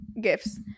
gifts